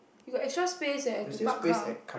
you got extra space eh to park car